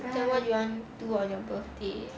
then what you want do on your birthday